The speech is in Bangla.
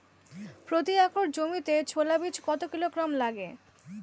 প্রতি একর জমিতে ছোলা বীজ কত কিলোগ্রাম লাগে?